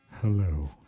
hello